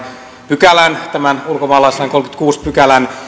pykälän tämän ulkomaalaislain kolmannenkymmenennenkuudennen pykälän